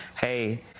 hey